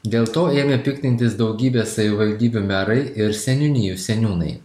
dėl to ėmė piktintis daugybės savivaldybių merai ir seniūnijų seniūnai